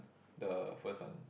the first one